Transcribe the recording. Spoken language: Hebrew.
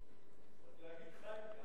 להגיד חיים כץ.